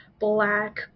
black